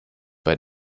bei